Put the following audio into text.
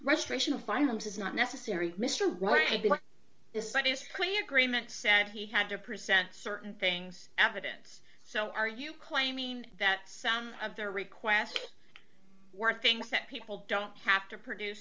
restoration of violence is not necessary mr right this site is clear agreement said he had to present certain things evidence so are you claiming that some of their requests were things that people don't have to produce